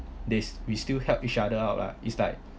they we still help each other out lah it's like